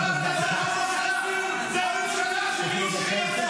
אני לא מדבר על הנושא, אני מדבר על הזמן, זה הכול.